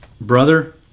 brother